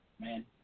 Man